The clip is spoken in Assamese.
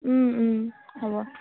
হ'ব